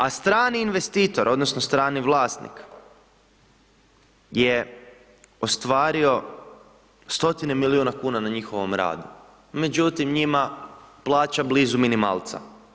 A strani investitor, odnosno, strani vlasnik, je ostvario stotine milijuna kuna na njihovom radu, međutim, njima plaća blizu minimalca.